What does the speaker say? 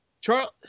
Charles